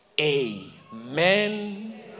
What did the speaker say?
Amen